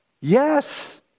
Yes